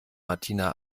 martina